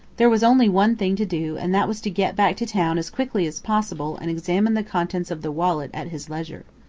there was only one thing to do and that was to get back to town as quickly as possible and examine the contents of the wallet at his leisure.